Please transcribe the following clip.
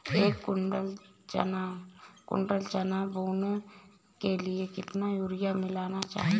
एक कुंटल चना बोने के लिए कितना यूरिया मिलाना चाहिये?